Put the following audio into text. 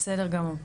בסדר גמור,